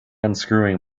unscrewing